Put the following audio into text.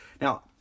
Now